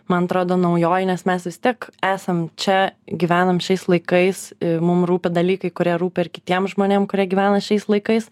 man atrodo naujoji nes mes vis tek esam čia gyvenam šiais laikais mum rūpi dalykai kurie rūpi ir kitiem žmonėm kurie gyvena šiais laikais